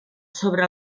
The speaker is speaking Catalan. sobre